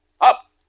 Up